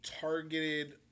targeted